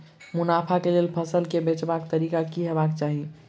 मुनाफा केँ लेल फसल केँ बेचबाक तरीका की हेबाक चाहि?